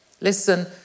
Listen